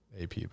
ap